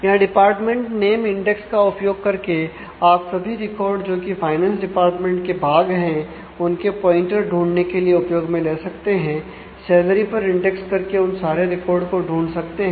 या department name index लेकर हम अंतिम परिणाम प्राप्त कर सकते हैं